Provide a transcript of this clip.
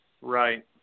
Right